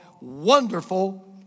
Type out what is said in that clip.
wonderful